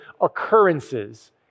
occurrences